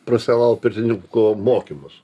profesionalaus pirtininko mokymus